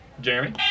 Jeremy